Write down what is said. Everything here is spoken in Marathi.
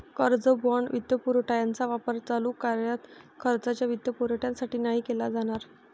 कर्ज, बाँड, वित्तपुरवठा यांचा वापर चालू कार्यरत खर्चाच्या वित्तपुरवठ्यासाठी नाही केला जाणार